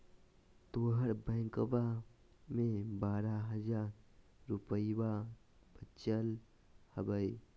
तोहर बैंकवा मे बारह हज़ार रूपयवा वचल हवब